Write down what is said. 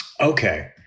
Okay